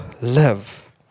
live